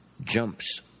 jumps